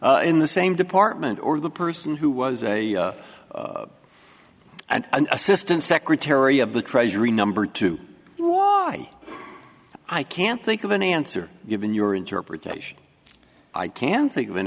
in the same department or the person who was a and an assistant secretary of the treasury number two why i can't think of an answer given your interpretation i can't think of an